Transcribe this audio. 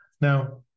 Now